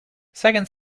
second